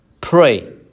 pray